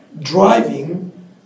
driving